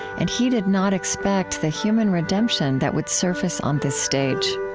and he did not expect the human redemption that would surface on this stage